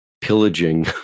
pillaging